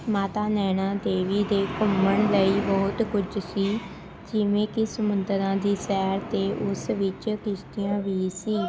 ਮਾਤਾ ਨੈਣਾ ਦੇਵੀ ਦੇ ਘੁੰਮਣ ਲਈ ਬਹੁਤ ਕੁਝ ਸੀ ਜਿਵੇਂ ਕਿ ਸਮੁੰਦਰਾਂ ਦੀ ਸੈਰ 'ਤੇ ਉਸ ਵਿੱਚ ਕਿਸ਼ਤੀਆਂ ਵੀ ਸੀ